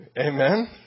Amen